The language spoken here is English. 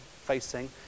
facing